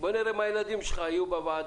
בוא נראה אם הילדים שלך יהיו בוועדה.